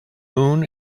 moon